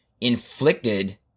inflicted